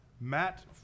Matt